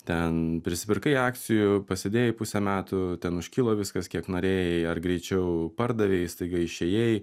ten prisipirkai akcijų pasidėjai pusę metų ten užkilo viskas kiek norėjai ar greičiau pardavei staiga išėjai